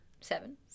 Seven